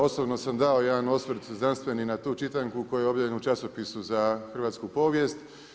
Osobno sam dao jedan osvrt znanstveni na tu čitanku koji je obavljen u časopisu za hrvatsku povijest.